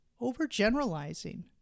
overgeneralizing